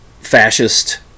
fascist